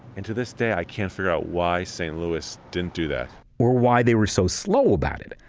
and to this day, i can't figure out why st. louis didn't do that or why they were so slow about it.